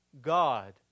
God